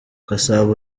gasabo